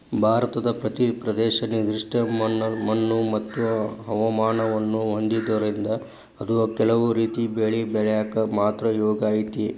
ಭಾರತದ ಪ್ರತಿ ಪ್ರದೇಶ ನಿರ್ದಿಷ್ಟ ಮಣ್ಣುಮತ್ತು ಹವಾಮಾನವನ್ನ ಹೊಂದಿರೋದ್ರಿಂದ ಅದು ಕೆಲವು ರೇತಿ ಬೆಳಿ ಬೆಳ್ಯಾಕ ಮಾತ್ರ ಯೋಗ್ಯ ಐತಿ